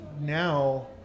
now